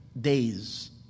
days